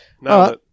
Now